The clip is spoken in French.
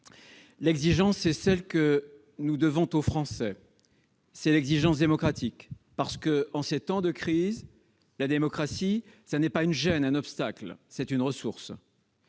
d'abord, c'est celle que nous devons aux Français ; c'est l'exigence démocratique. En ces temps de crise, la démocratie n'est pas une gêne ou un obstacle : c'est une ressource.